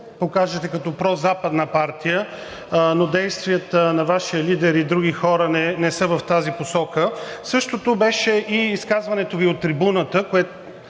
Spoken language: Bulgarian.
покажете като прозападна партия, но действията на Вашия лидер и други хора не са в тази посока. Същото беше и изказването Ви от трибуната. Вие